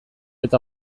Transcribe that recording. eta